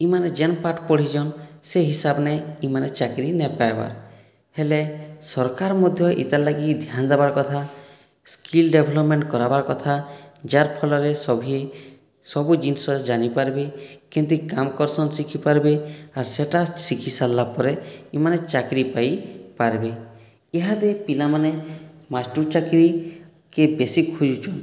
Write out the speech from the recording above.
ଇମାନେ ଯେନ୍ ପାଠ ପଢ଼ିଛନ ସେ ହିସାବନେ ଇମାନେ ଚାକରି ନାଇ ପାଇବାର ହେଲେ ସରକାର ମଧ୍ୟ ଇତାର ଲାଗି ଧ୍ୟାନ ଦେବାର କଥା ସ୍କିଲ ଡେଭଲପମେଣ୍ଟ କରବାର କଥା ଯାର ଫଲରେ ସଭିଏ ସବୁ ଜିନିଷ ଜାନି ପାରବେ କେନ୍ତି କାମ କରସନ ଶିଖି ପାରବେ ଆର୍ ସେହିଟା ଶିଖି ସାରଲା ପରେ ଇମାନେ ଚାକରି ପାଇ ପାରବେ ଇହାଦେ ପିଲାମାନେ ମାଷ୍ଟର ଚାକରିକେ ବେଶି ଖୁଜୁଛନ୍